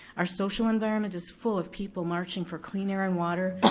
our social environment is full of people marching for clean air and water,